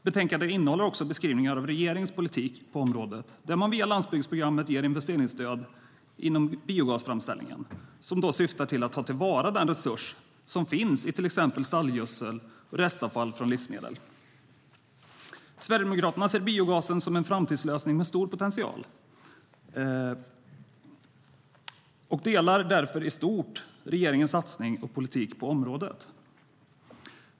Betänkandet innehåller också beskrivningar av regeringens politik på området där man via landsbygdsprogrammet ger investeringsstöd inom biogasframställningen som syftar till att ta till vara den resurs som finns till exempel i stallgödsel och restavfall från livsmedel. Sverigedemokraterna ser biogasen som en framtidslösning med stor potential och instämmer i stort när det gäller regeringens satsningar och politik på området.